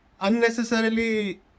unnecessarily